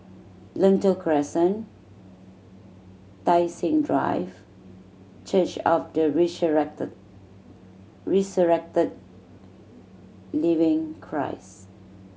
Lentor Crescent Tai Seng Drive Church of the Resurrected Living Christ